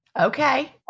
Okay